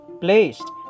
placed